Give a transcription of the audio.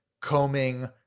combing